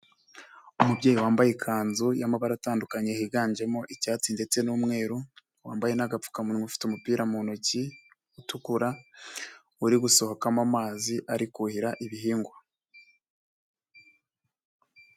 Umubyeyi wambaye ikanzu y'amabara atandukanye higanjemo icyatsi ndetse n'umweru, wambaye n'agapfukamuwa ufite umupira mu ntoki utukura, uri gusohokamo amazi ari kuhira ibihingwa.